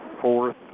fourth